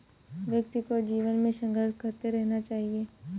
व्यक्ति को जीवन में संघर्ष करते रहना चाहिए